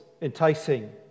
enticing